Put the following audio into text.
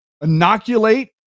inoculate